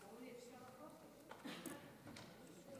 חבר הכנסת גפני, חבר הכנסת